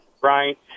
right